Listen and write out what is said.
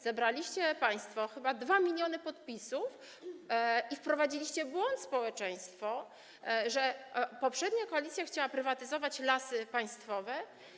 Zebraliście państwo chyba 2 mln podpisów i wprowadziliście w błąd społeczeństwo, że poprzednia koalicja chciała prywatyzować Lasy Państwowe.